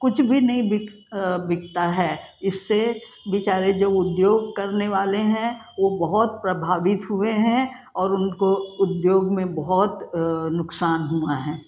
कुछ भी नई बिकता है इससे बिचारे जो उद्योग करने वाले हैं वो बहुत प्रभावित हुए हैं और उनको उद्योग में बहुत नुकसान हुआ है